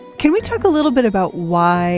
can we talk a little bit about why